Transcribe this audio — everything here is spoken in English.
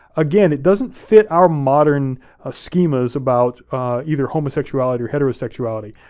again, it doesn't fit our modern ah schemas about either homosexuality or heterosexuality,